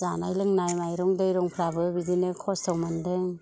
जानाय लोंनाय माइरं दैरंफ्राबो बिदिनो खस्थ' मोनदों